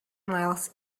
miles